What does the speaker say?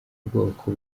ubwoko